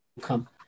come